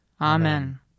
Amen